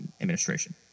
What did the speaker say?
administration